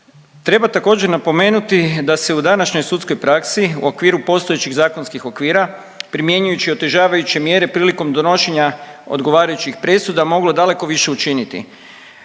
Treba također napomenuti da se u današnjoj sudskoj praksi u okviru postojećih zakonskih okvira primjenjujući otežavajuće mjere prilikom donošenja odgovarajućih presuda moglo daleko više učiniti.